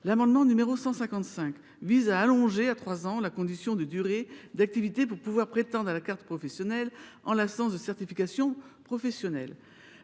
L’amendement n° 155 vise à allonger à trois ans la condition de durée d’activité pour pouvoir prétendre à l’obtention de la carte professionnelle en l’absence de certification professionnelle.